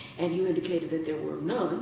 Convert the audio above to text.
and you indicated that there were none,